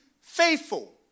faithful